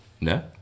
No